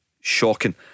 shocking